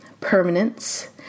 permanence